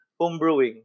homebrewing